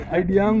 idea